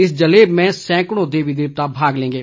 इस जलेब में सैंकड़ों देवी देवता भाग लेंगे